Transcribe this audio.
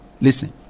Listen